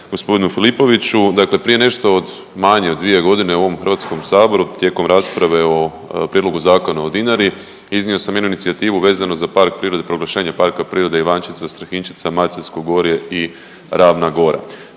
gospodinu Filipoviću. Dakle, prije nešto manje od 2 godine u ovom Hrvatskom saboru tijekom rasprave o Prijedlogu zakona o Dinari iznio sam jednu inicijativu vezano za park prirode, proglašenje parka prirode Ivančica, Strahinjčica, Maceljsko gorje i Ravna Gora.